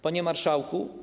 Panie Marszałku!